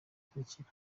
zikurikira